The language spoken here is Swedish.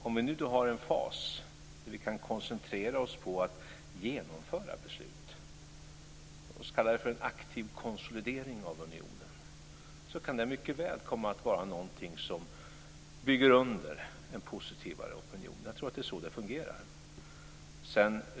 Om vi nu har en fas där vi kan koncentrera oss på att genomföra beslut - låt oss kalla det en aktiv konsolidering av unionen - kan det mycket väl komma att vara någonting som bygger under en positivare opinion. Jag tror att det är så det fungerar.